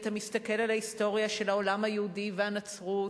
אתה מסתכל על ההיסטוריה של העולם היהודי והנצרות,